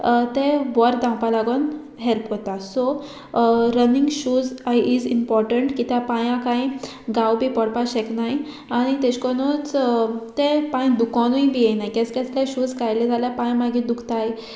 ते बोरें धांवपा लागोन हेल्प कोता सो रनींग शूज इज इमपोर्टंट कित्या पांयां कांय गांव बी पडपा शेकनाय आनी तेशे कोन्नूच तें पांय दुखोनूय बी येयनाय केस केसलें शूज खायलें जाल्यार पांय मागीर दुखताय